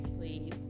please